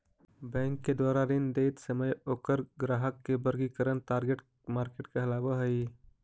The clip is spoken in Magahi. बैंक के द्वारा ऋण देइत समय ओकर ग्राहक के वर्गीकरण टारगेट मार्केट कहलावऽ हइ